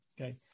Okay